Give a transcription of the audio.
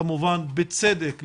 כמובן בצדק לצערי,